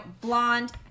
blonde